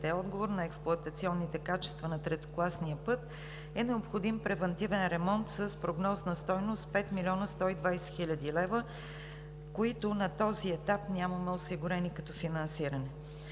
отговор, на експлоатационните качества на третокласния път е необходим превантивен ремонт с прогнозна стойност 5 млн. 120 хил. лв., които на този етап нямаме осигурени като финансиране.